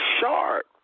sharp